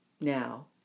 now